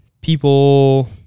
people